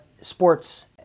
sports